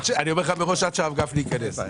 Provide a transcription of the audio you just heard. אני אומר לך מראש, עד שהרב גפני ייכנס.